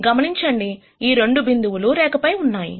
గమనించండి ఈ రెండు బిందువులు రేఖపై వున్నాయి